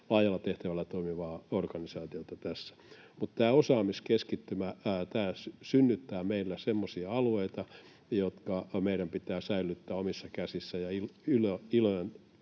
laajalla tehtävällä toimivaa organisaatiota tässä. Mutta tämä osaamiskeskittymä synnyttää meillä semmoisia alueita, jotka meidän pitää säilyttää omissa käsissä, ja Yle